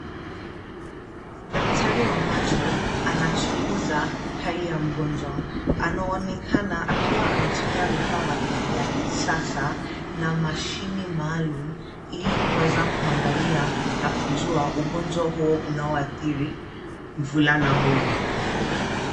Daktari wa macho anachunguza hali ya mgonjwa. Anaonekana akiwa anatumia vifaa vya kisasa na mashini maalum ili kuweza kuangalia na kujua ugonjwa huo unaoathiri mvulana huyo.